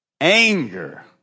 anger